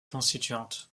constituante